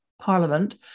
parliament